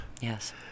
yes